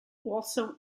also